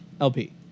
LP